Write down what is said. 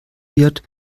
wird